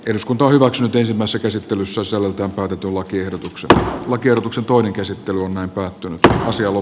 eduskunta hyväksyy teisimmassa käsittelyssä selventää pakattu lakiehdotukset lakiehdotuksen toinen käsittely on päättynyt lähes joulu